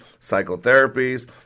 psychotherapies